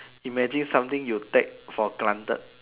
imagine something you take for granted